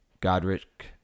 Godric